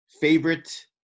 favorite